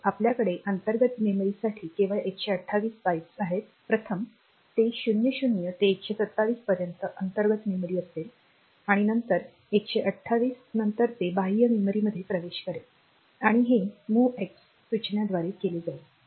तर आपल्याकडे अंतर्गत मेमरीसाठी केवळ 128 बाइट्स आहेत प्रथम ते 00 ते 127 पर्यंत अंतर्गत मेमरी असेल आणि नंतर 128 नंतर ते बाह्य मेमरीमध्ये प्रवेश करेल आणि हे MOVX सूचनाद्वारे केले जाईल